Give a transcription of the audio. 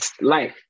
Life